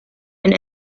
and